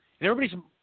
Everybody's